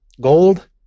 gold